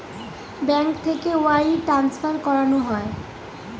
bank থেকে wire transfer করানো হয়